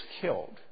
killed